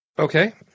Okay